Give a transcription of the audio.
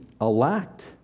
elect